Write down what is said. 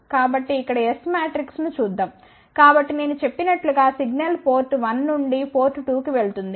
కాబట్టి ఇక్కడ S matrix ను చూద్దాం కాబట్టి నేను చెప్పినట్లుగా సిగ్నల్ పోర్ట్ 1 నుండి పోర్ట్ 2 కి వెళుతుంది